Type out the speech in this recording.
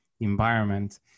environment